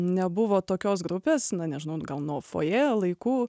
nebuvo tokios grupės na nežinau gal nuo fojė laikų